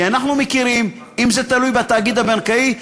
כי אנחנו מכירים: אם זה תלוי בתאגיד הבנקאי,